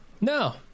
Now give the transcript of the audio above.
No